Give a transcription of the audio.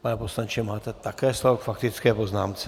Pane poslanče, máte také slovo k faktické poznámce.